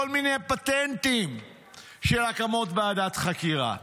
כל מיני פטנטים של הקמות ועדת חקירה.